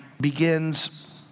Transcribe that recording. begins